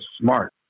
smart